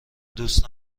دوست